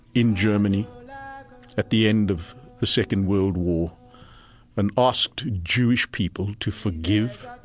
in germany at the end of the second world war and asked jewish people to forgive,